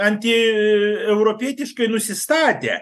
anti europietiškai nusistatę